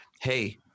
hey